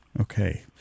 Okay